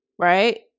right